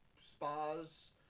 spas